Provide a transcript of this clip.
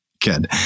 Good